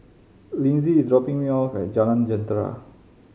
Lyndsey is dropping me off at Jalan Jentera